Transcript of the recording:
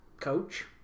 coach